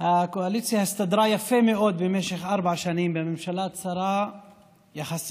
הקואליציה הסתדרה יפה מאוד במשך ארבע שנים בממשלה צרה יחסית.